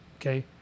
okay